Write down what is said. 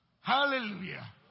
Hallelujah